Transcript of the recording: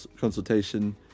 consultation